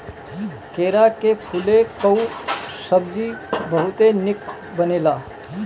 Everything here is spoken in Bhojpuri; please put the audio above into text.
केरा के फूले कअ सब्जी बहुते निक बनेला